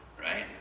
Right